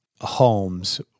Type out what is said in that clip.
homes